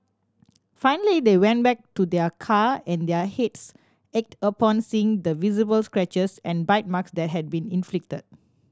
finally they went back to their car and their hits ached upon seeing the visible scratches and bite marks that had been inflicted